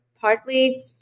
partly